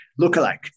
lookalike